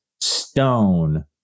stone